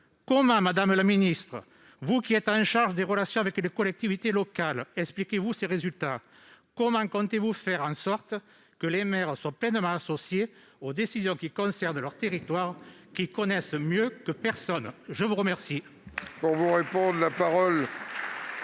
l'État. Madame le ministre, vous êtes chargée des relations avec les collectivités locales : comment expliquez-vous ces résultats ? Comment comptez-vous faire en sorte que les maires soient pleinement associés aux décisions qui concernent leur territoire, qu'ils connaissent mieux que personne ? La parole